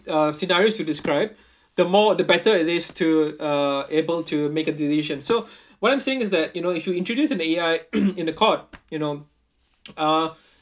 uh scenario you describe the more the better it is to uh able to make a decision so what I'm saying is that you know if you introduce an A_I in the court you know uh